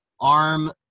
arm